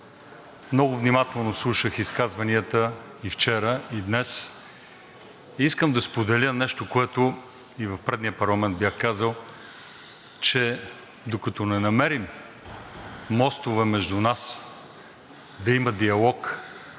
Много внимателно слушах изказванията вчера и днес. Искам да споделя нещо, което и в предния парламент бях казал, че докато не намерим мостове между нас, да има диалог